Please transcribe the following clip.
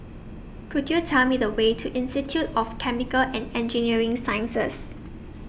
Could YOU Tell Me The Way to Institute of Chemical and Engineering Sciences